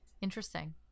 interesting